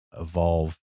evolve